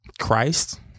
Christ